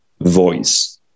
voice